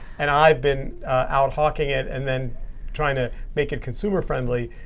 and i've been out hawking it and then trying to make it consumer friendly,